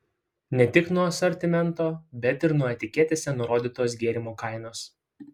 ne tik nuo asortimento bet ir nuo etiketėse nurodytos gėrimo kainos